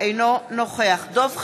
אינו נוכח דב חנין,